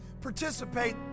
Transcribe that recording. Participate